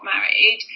married